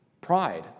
pride